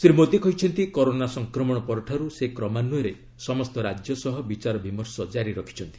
ଶ୍ରୀ ମୋଦି କହିଛନ୍ତି କରୋନା ସଂକ୍ରମଣ ପରଠାରୁ ସେ କ୍ରମାନ୍ୱୟରେ ସମସ୍ତ ରାଜ୍ୟ ସହ ବିଚାର ବିମର୍ଶ ଜାରି ରଖିଛନ୍ତି